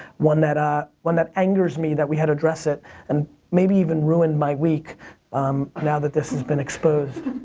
one that ah one that angers me that we had to address it and maybe even ruined my week now that this has been exposed.